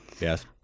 yes